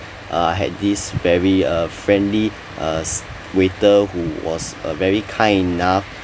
uh I had this very uh friendly as waiter who was a very kind enough